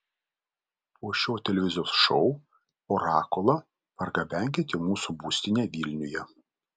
po šio televizijos šou orakulą pargabenkit į mūsų būstinę vilniuje